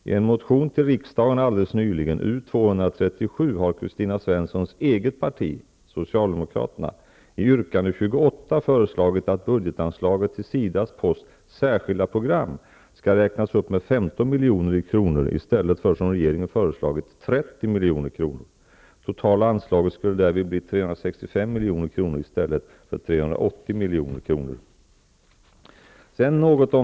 I en motion till riksdagen alldeles nyligen, U237, har SIDA:s post Särskilda program skall räknas upp med 15 milj.kr. i stället för som regeringen föreslagit med 30 milj.kr. Det totala anslaget skulle därmed bli 365 milj.kr. i stället för 380 milj.kr.